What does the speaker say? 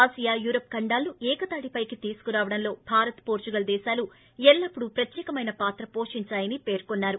Asia Europe ఖండాలను ఏకతాటిపైకి తీసుకురావడంలో భారత్ పోర్పుగల్ దేశాలు ఎల్లప్పుడూ ప్రత్యేకమైన పాత్ర వోషిందాయని పేర్కొన్నారు